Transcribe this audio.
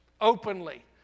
Openly